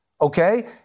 Okay